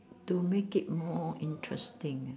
to make it more interesting